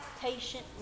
patient